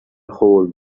hole